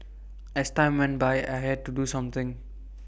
as time went by I had to do something